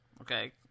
Okay